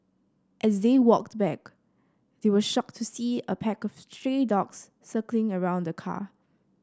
as they walked back they were shocked to see a pack of stray dogs circling around the car